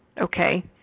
Okay